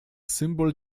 symbol